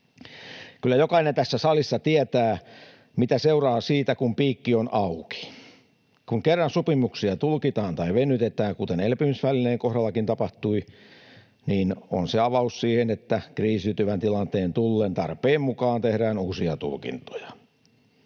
Kyllä jokainen tässä salissa tietää, mitä seuraa siitä, kun piikki on auki. Kun kerran sopimuksia tulkitaan tai venytetään, kuten elpymisvälineen kohdallakin tapahtui, niin se on avaus siihen, että kriisiytyvän tilanteen tullen tarpeen mukaan tehdään uusia tulkintoja.